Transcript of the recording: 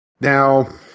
Now